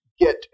get